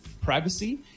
privacy